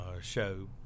show